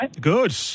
Good